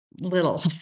little